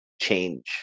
Change